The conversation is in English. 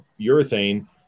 urethane